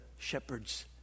Shepherd's